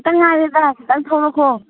ꯈꯤꯇꯪ ꯉꯥꯏꯔꯦꯗ ꯈꯤꯇꯪ ꯊꯧꯔꯛꯈꯣ